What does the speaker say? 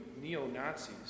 neo-Nazis